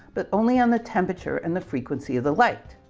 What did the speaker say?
but only on the temperature and the frequency of the light.